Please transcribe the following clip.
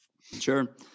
Sure